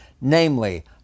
namely